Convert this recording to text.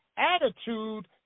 Attitude